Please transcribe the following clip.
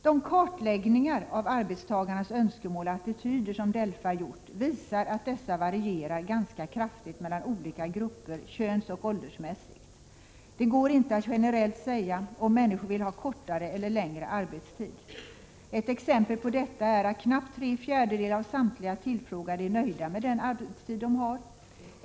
De kartläggningar av arbetstagarnas önskemål och attityder som DELFA gjort visar att dessa varierar ganska kraftigt mellan olika grupper, könsoch åldersmässigt. Det går inte att generellt säga om människor vill ha kortare eller längre arbetstid. Ett exempel på detta är att knappt tre fjärdedelar av samtliga tillfrågade är nöjda med den arbetstid de har.